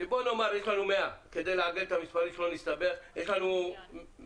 לנו 100 כדי לעגל את המספרים שלא נסתבך יש לנו מיליון.